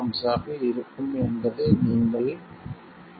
A ஆக இருக்கும் என்பதை நீங்களே உருவாக்கிக் கொள்ளலாம்